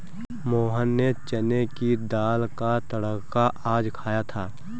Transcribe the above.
मोहन ने चने की दाल का तड़का आज खाया था